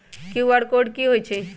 QR code कि हई छई?